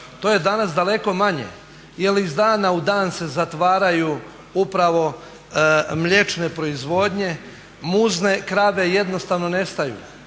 to je danas daleko manje jer iz dana u dan se zatvaraju upravo mliječne proizvodnje, muzne krave jednostavno nestaju.